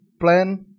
plan